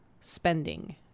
spending